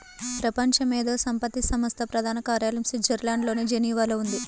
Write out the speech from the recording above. ప్రపంచ మేధో సంపత్తి సంస్థ ప్రధాన కార్యాలయం స్విట్జర్లాండ్లోని జెనీవాలో ఉంది